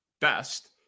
best